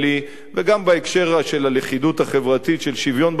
וגם בהקשר של הלכידות החברתית של שוויון בנטל,